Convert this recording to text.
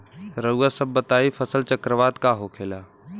रउआ सभ बताई फसल चक्रवात का होखेला?